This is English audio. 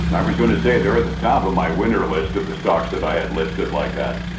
i was going to say they're at the top of my winner list of the stocks that i had listed like that.